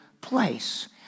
place